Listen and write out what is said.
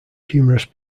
humorous